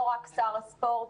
לא רק שר הספורט.